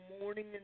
morning